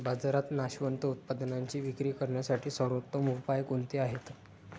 बाजारात नाशवंत उत्पादनांची विक्री करण्यासाठी सर्वोत्तम उपाय कोणते आहेत?